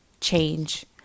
change